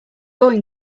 going